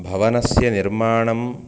भवनस्य निर्माणं